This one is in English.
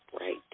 right